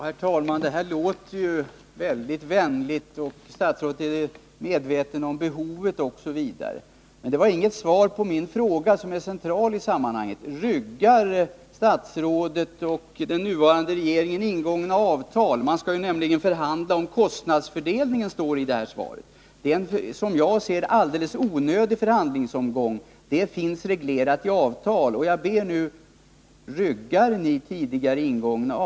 Herr talman! Det här låter ju mycket vänligt — statsrådet är medveten om behovet osv. —, men det var inget svar på min fråga som är central i sammanhanget: Ryggar statsrådet och den nya regeringen ingångna avtal? 5 Riksdagens protokoll 1981/82:11-13 Man skall nämligen enligt vad som står i svaret förhandla om kostnadsfördelningen. Det är, som jag ser det, en alldeles onödig förhandlingsomgång. Den frågan är reglerad i avtal. Jag ber nu om svar på den frågan.